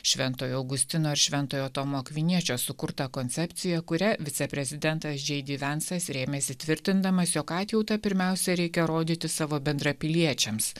šventojo augustino ir šventojo tomo akviniečio sukurtą koncepciją kuria viceprezidentas džei di vensas rėmėsi tvirtindamas jog atjautą pirmiausia reikia rodyti savo bendrapiliečiams